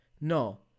no